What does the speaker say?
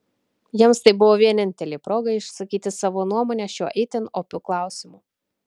jiems tai buvo vienintelė proga išsakyti savo nuomonę šiuo itin opiu klausimu